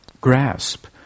grasp